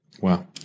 Wow